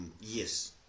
Yes